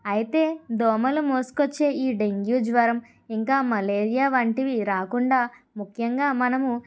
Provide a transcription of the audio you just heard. అయితే దోమలు మోసుకొచ్చే ఈ డెంగ్యూ జ్వరం ఇంకా మలేరియా వంటివి రాకుండా ముఖ్యంగా మనము